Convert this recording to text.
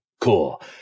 Cool